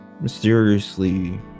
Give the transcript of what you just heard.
Mysteriously